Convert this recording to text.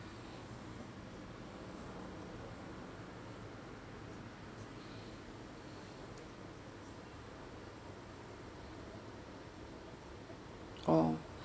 oh